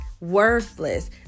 worthless